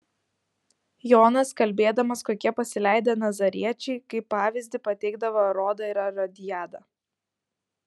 jonas kalbėdamas kokie pasileidę nazariečiai kaip pavyzdį pateikdavo erodą ir erodiadą